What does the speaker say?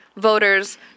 voters